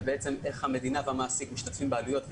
איך המדינה והמעסיק משתתפים בעלויות,